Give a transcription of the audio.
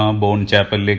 um bone chapel like